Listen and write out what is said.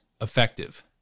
effective